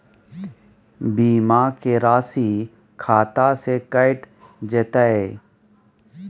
बीमा के राशि खाता से कैट जेतै?